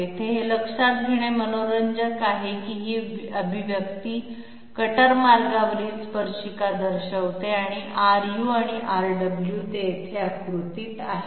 येथे हे लक्षात घेणे मनोरंजक आहे की ही अभिव्यक्ती कटर मार्गावरील स्पर्शिका दर्शवते आणि Ru आणि Rw ते येथे आकृतीत आहेत